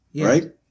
Right